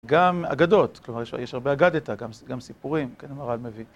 גם אגדות, כלומר, יש הרבה אגדתא, גם סיפורים, כן המהר"ל מביא.